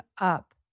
up